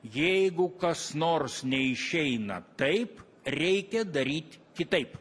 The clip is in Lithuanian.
jeigu kas nors neišeina taip reikia daryt kitaip